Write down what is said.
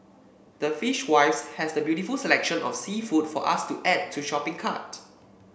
the Fishwives has the beautiful selection of seafood for us to add to shopping cart